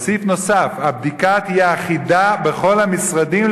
אבל סעיף נוסף: הבדיקה תהיה אחידה בכל המשרדים,